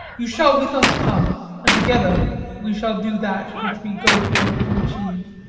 you shall with us come and together we shall do that which we go forth to achieve.